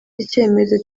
icyemezo